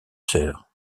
sœurs